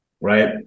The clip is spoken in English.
right